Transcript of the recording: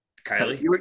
kylie